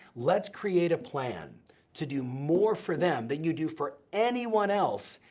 let's create a plan to do more for them then you do for anyone else,